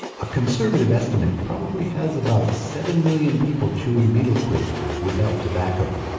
a conservative estimate probably has about seven million people chewing betel quid without tobacco.